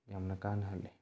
ꯌꯥꯝꯅ ꯀꯥꯟꯅꯍꯜꯂꯤ